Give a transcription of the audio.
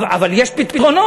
אבל יש פתרונות.